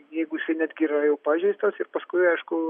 jeigu jisai netgi yra jau pažeistas ir paskui aišku